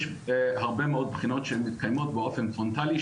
יש הרבה מאוד בחינות שמתקיימות באופן פרונטלי,